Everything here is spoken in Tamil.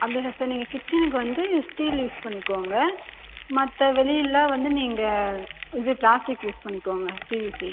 அப்படி இல்லை சார் நீங்கள் கிச்சனுக்கு வந்து ஸ்டீல் யூஸ் பண்ணிக்கோங்க மற்ற வெளிலெலாம் வந்து நீங்கள் இது பிளாஸ்டிக் யூஸ் பண்ணிக்கோங்க பிவிசி